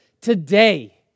today